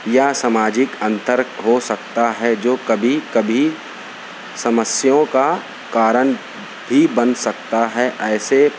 یا سماجک انتر ہو سکتا ہے جو کبھی کبھی سمسیوں کا کارن بھی بن سکتا ہے ایسے